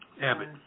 Abbott